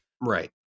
Right